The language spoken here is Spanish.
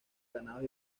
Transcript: ganados